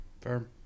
Fair